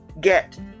get